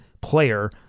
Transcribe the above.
player